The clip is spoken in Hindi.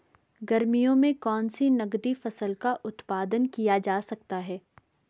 गर्मियों में कौन सी नगदी फसल का उत्पादन किया जा सकता है?